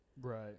right